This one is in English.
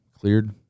cleared